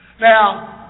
Now